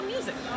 Music